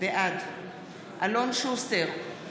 בעד אלון שוסטר,